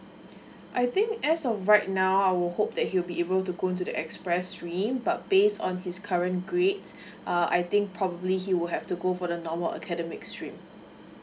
I think as of right now our hope that he'll be able to go to the express stream but based on his current grade err I think probably he will have to go for the normal academic stream